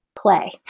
Play